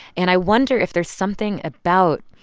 and i wonder if there's something about,